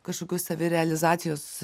kažkokių savirealizacijos